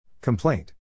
Complaint